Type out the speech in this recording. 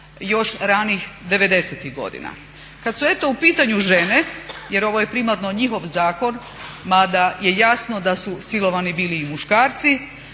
još ranih devedesetih godina. Kada su u pitanju žene jer ovo je primarno njihov zakon, mada je jasno da su silovani bili i muškarci,